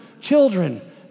children